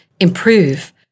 improve